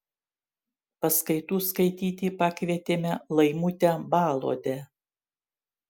paskaitų skaityti pakvietėme laimutę baluodę